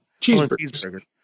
cheeseburger